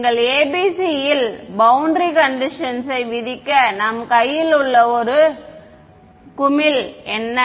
எங்கள் ABC யில் boundary கண்டிஷன்ஸ்யை விதிக்க நம் கையில் உள்ள ஒரு குமிழ் என்ன